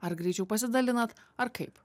ar greičiau pasidalinat ar kaip